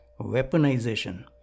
weaponization